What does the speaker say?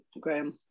graham